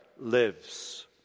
lives